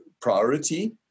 priority